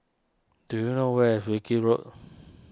do you know where is Wilkie Road